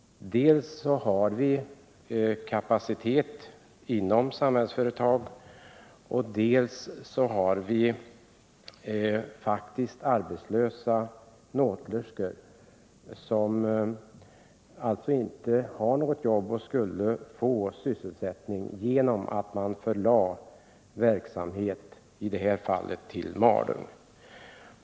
Dels har vi kapacitet inom Samhällsföretag, dels har vi faktiskt arbetslösa nåtlerskor, som skulle få sysselsättning genom att man i detta fall förlade verksamhet till Malung.